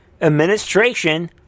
administration